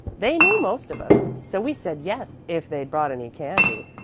they knew most of us. so we said yes, if they'd brought any candy,